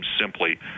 simply